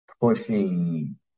pushing